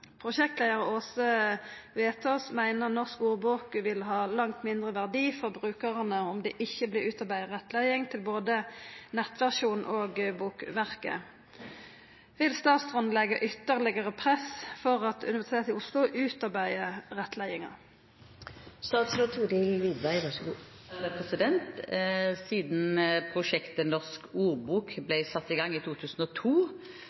Prosjektleiar Åse Wetås meiner Norsk Ordbok vil ha langt mindre verdi for brukarane om det ikkje blir utarbeidd rettleiing til både nettversjonen og bokverket. Vil statsråden leggja ytterlegare press for at UiO utarbeider rettleiinga?» Siden prosjektet Norsk Ordbok